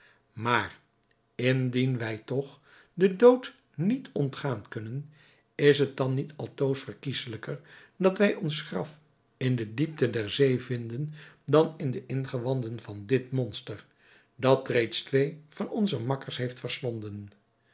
maar indien wij toch den dood niet ontgaan kunnen is het dan niet altoos verkieselijker dat wij ons graf in de diepte der zee vinden dan in de ingewanden van dit monster dat reeds twee van onze makkers heeft verslonden